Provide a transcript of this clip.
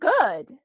good